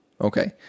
Okay